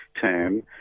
term